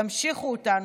תמשיכו אותנו.